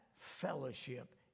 fellowship